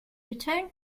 return